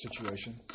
situation